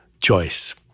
choice